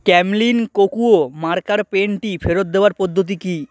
Camlin Kokuyo marker পেনটি ফেরত দেওয়ার পদ্ধতি কী